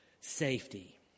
safety